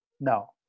No